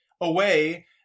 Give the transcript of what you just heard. away